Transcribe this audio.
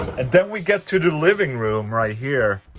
and then we get to the living room right here